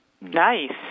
Nice